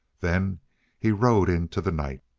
then he rode into the night.